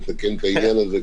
לתקן את העניין הזה,